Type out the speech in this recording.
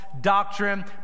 doctrine